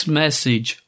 message